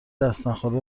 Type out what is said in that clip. دستنخورده